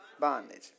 Bondage